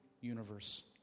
universe